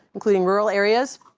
including rural areas.